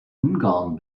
ungarn